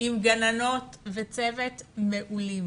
עם גננות וצוות מעולים